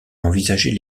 envisager